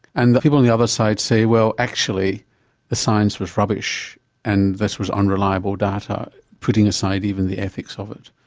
and people on the other side say well actually the science was rubbish and this was unreliable data putting aside even the ethics of it.